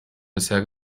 bisher